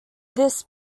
this